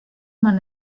man